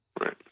Right